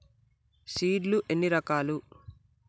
Seed లు ఎన్ని రకాలు?